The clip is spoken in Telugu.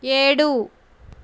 ఏడు